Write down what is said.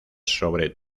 sobre